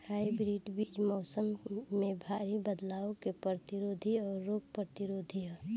hybrid बीज मौसम में भारी बदलाव के प्रतिरोधी और रोग प्रतिरोधी ह